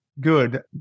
good